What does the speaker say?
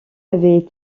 avait